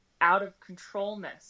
out-of-controlness